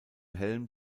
helm